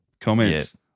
comments